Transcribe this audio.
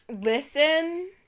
Listen